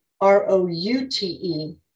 R-O-U-T-E